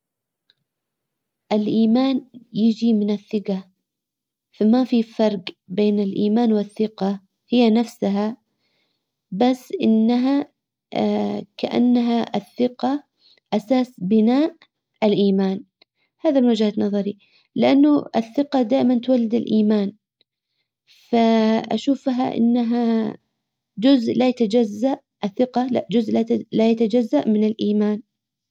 الايمان يجي من الثقة. فما في فرج بين الايمان والثقة هي نفسها بس انها كانها الثقة اساس بناء الايمان. هذا من وجهة نظري. لانه الثقة دائما تولد الايمان فاشوفها انها جزء لا يتجزأ الثقة لا جزء لا يتجزأ من الايمان.